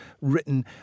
written